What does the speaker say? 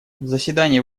заседание